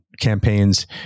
campaigns